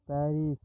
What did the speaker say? Paris